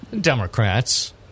Democrats